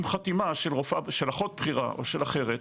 עם חתימה של אחות בכירה, או של אחרת,